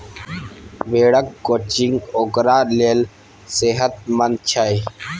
भेड़क क्रचिंग ओकरा लेल सेहतमंद छै